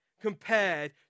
compared